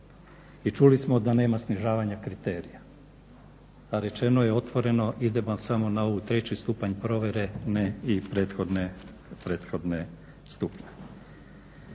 I čuli smo da nema snižavanja kriterija. A rečeno je otvoreno idemo samo na ovaj treći stupanj provjere, ne i prethodne stupnjeve.